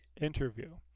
interview